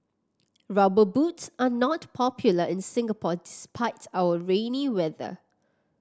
Rubber Boots are not popular in Singapore despite our rainy weather